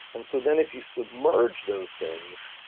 and so then if you submerge those things,